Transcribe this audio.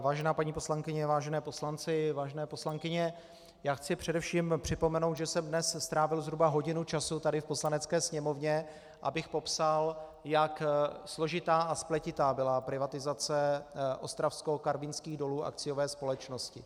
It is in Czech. Vážená paní poslankyně, vážení poslanci, vážené poslankyně, chci především připomenout, že jsem dnes strávil zhruba hodinu času tady v Poslanecké sněmovně, abych popsal, jak složitá a spletitá byla privatizace Ostravskokarvinských dolů, akciové společnosti.